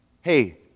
hey